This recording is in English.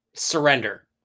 surrender